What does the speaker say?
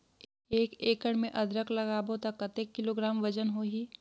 एक एकड़ मे अदरक लगाबो त कतेक किलोग्राम वजन होही?